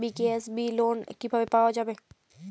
BKSB loan কিভাবে পাওয়া যাবে?